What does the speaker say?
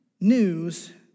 news